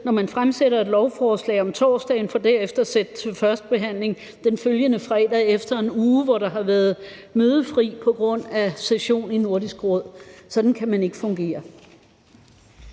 når man fremsætter et lovforslag om torsdagen for derefter at sætte det til første behandling den følgende fredag efter en uge, hvor der har været mødefri på grund af session i Nordisk Råd. Sådan kan man ikke fungere.